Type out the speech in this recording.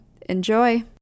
Enjoy